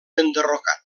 enderrocat